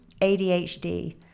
ADHD